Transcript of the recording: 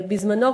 בזמנו,